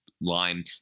lime